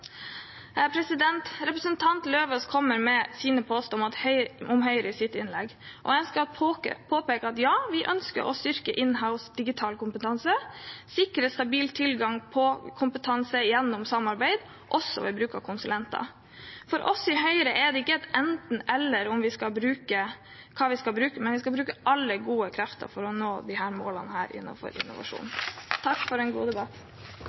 kommer med påstander om Høyre i sitt innlegg. Jeg ønsker å påpeke at ja, vi ønsker både å styrke «in-house» digital kompetanse og å sikre stabil tilgang på kompetanse gjennom samarbeid, også ved bruk av konsulenter. For oss i Høyre er det ikke et enten–eller hva vi skal bruke – vi skal bruke alle gode krefter for å nå disse målene innenfor innovasjon. Takk for en god debatt.